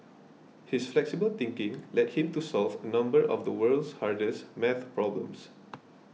his flexible thinking led him to solve a number of the world's hardest math problems